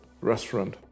restaurant